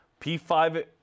P5